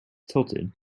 tilted